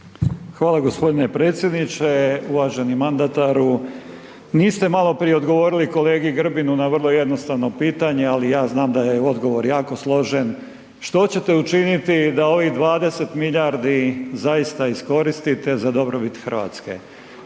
Hvala g. predsjedniče, uvaženi mandataru. Niste maloprije odgovorili kolegi Grbinu na vrlo jednostavno pitanje ali ja znam da je odgovor jako složen, što ćete učiniti da ovih 20 milijardi zaista iskoristite za dobrobit Hrvatske?